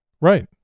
right